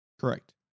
Correct